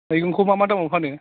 मैगंखौ मा मा दामाव फानो